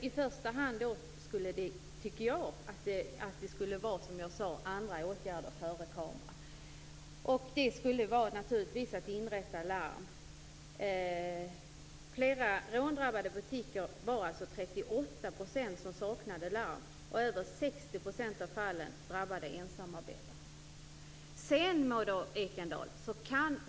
I första hand tycker jag att andra åtgärder skall vidtas före kameror, som jag sade. Det skulle då vara att inrätta larm. Av de råndrabbade butikerna saknade 38 % larm. Över 60 % av fallen drabbade ensamarbetare.